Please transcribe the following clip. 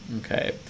Okay